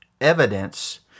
evidence